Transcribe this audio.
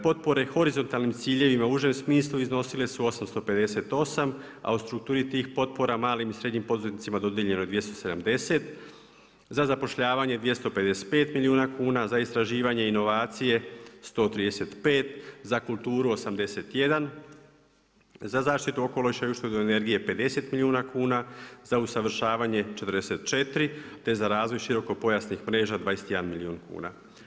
Potpore horizontalnih ciljevima u užim smislu, iznosile su 858, a u strukturi tih potpora, malim i srednjim poduzetnicima dodijeljeno je 270, za zapošljavanje 255 milijuna kuna, za istraživanje i novacije 135, za kulturu 81, za zaštitu okoliša i uštede energije 50 milijuna kuna, za usavršavanje 4, te za razvoj široko pojasnih mreža 21 milijun kuna.